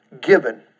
given